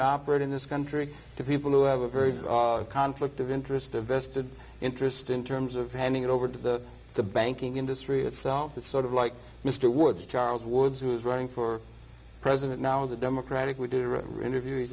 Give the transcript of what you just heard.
to operate in this country to people who have a very conflict of interest a vested interest in terms of handing it over to the banking industry itself that sort of like mr woods charles woods who is running for president now as a democratic we do interviews it's